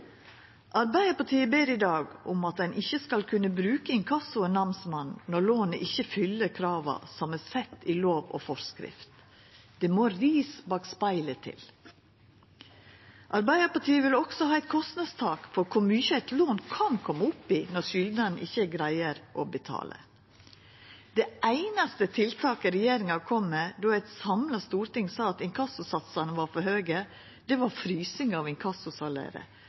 Arbeidarpartiet ber i dag om at ein ikkje skal kunna bruka inkasso og namsmannen når lånet ikkje fyller krava som er sette i lov og forskrift. Det må ris bak spegelen til. Arbeidarpartiet vil også ha eit kostnadstak for kor mykje eit lån kan koma opp i når skuldnaren ikkje greier å betala. Det einaste tiltaket regjeringa kom med då eit samla storting sa at inkassosatsane var for høge, var frysing av